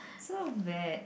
so bad